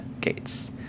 gates